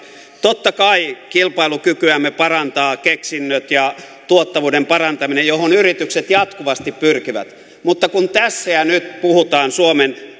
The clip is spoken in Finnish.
totta kai kilpailukykyämme parantavat keksinnöt ja tuottavuuden parantaminen johon yritykset jatkuvasti pyrkivät mutta kun tässä ja nyt puhutaan suomen